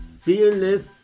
Fearless